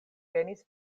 venis